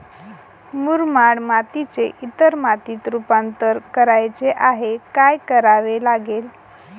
मुरमाड मातीचे इतर मातीत रुपांतर करायचे आहे, काय करावे लागेल?